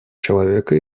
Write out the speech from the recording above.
человека